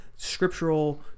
scriptural